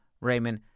Raymond